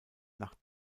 nach